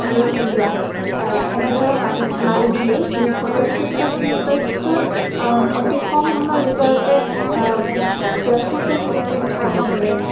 আৰু ইণ্ডিয়া এনেদৰে মাৰি মাৰি দিলেই যথেষ্টখিনি তথ্য অতি কম সময়ৰ ভিতৰতে যথেষ্টখিনি তথ্য আহি পৰে